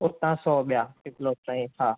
उता सौ ॿिया तई हा